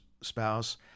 spouse